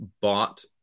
bought